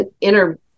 inner